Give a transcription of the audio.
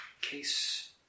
Case